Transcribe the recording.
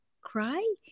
Cry